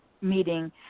meeting